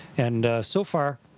and so far,